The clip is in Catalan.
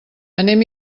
anem